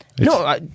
No